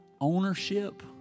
ownership